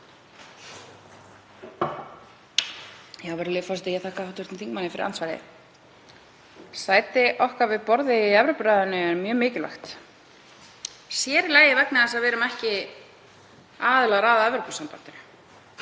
Virðulegi forseti. Ég þakka hv. þingmanni fyrir andsvarið. Sæti okkar við borðið í Evrópuráðinu er mjög mikilvægt, sér í lagi vegna þess að við erum ekki aðilar að Evrópusambandinu.